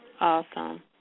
Awesome